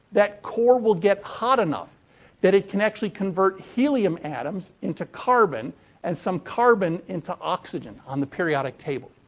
that core will get hot enough that it can actually convert helium atoms into carbon and some carbon into oxygen on the periodic table.